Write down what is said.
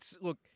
Look